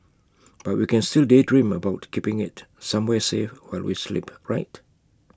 but we can still daydream about keeping IT somewhere safe while we sleep right